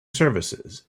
services